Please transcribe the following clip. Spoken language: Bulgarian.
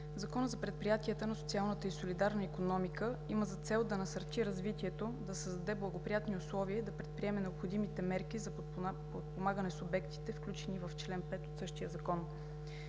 Законът за предприятията на социалната и солидарна икономика има за цел да насърчи развитието, да създаде благоприятни условия и да предприеме необходимите мерки за подпомагане на субектите, включени в чл. 5 от същия закон.